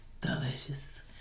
delicious